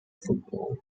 football